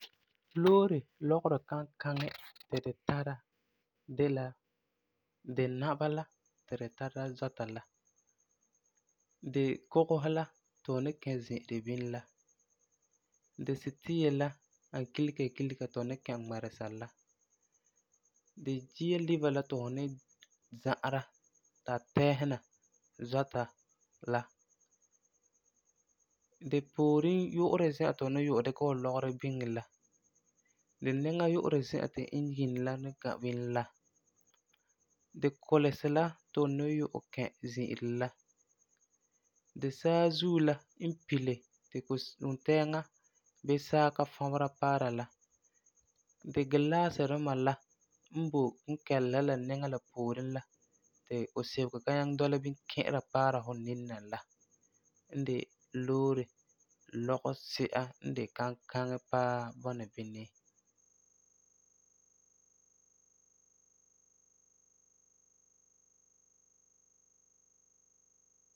Loore legerɔ kankaŋi ti tu tara de la di naba la, ti di tara zɔta la, di kugesi la ti fu ni kɛ zi'ire bini la, di sitiia la n ani kilega kilega ti fu ni kɛ ŋmɛresa la, di gear leaver la ti fu ni <za'ara> ti a tɛɛsena zɔta la, di pooren yu'urɛ zi'an ti fu ni yu'ɛ dikɛ fu lɔgerɔ biŋe la, di niŋa yu'urɛ zi'an ti engine la ni ga bini la, di kulesi la ti fu ni yu'ɛ kɛ zi'ire la, di saazuo la n pile ti kuse, wuntɛɛŋa bii saa ka fɔbera paara la, di gilaaasi duma la n boi kinkɛlesi n la niŋa la pooren la ti kusebego ka nyaŋɛ dɔla bini ki'ira paara fu nini na la, n de loore lɔge-si'a n de kankaŋi la paa bɔna bini